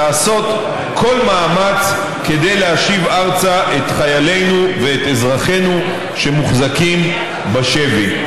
לעשות כל מאמץ כדי להשיב ארצה את חיילינו ואת אזרחינו שמוחזקים בשבי.